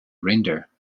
render